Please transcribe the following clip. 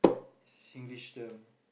Singlish term